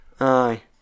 aye